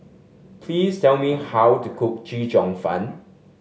please tell me how to cook Chee Cheong Fun